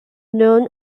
known